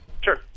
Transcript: Sure